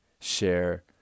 share